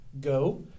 Go